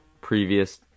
previous